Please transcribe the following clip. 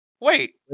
Wait